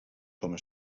com